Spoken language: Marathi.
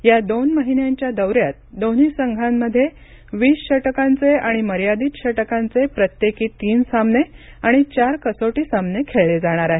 या दोन महिन्यांच्या दौऱ्यात दोन्ही संघांमध्ये वीस षटकांचे आणि मर्यादित षटकांचे प्रत्येकी तीन सामने आणि चार कसोटी सामने खेळले जाणार आहेत